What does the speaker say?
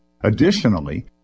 Additionally